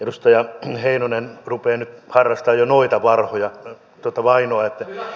edustaja heinonen rupeaa nyt harrastamaan jo noitavainoa